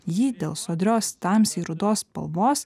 jį dėl sodrios tamsiai rudos spalvos